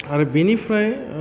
आरो बिनिफ्राय